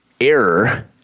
error